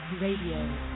Radio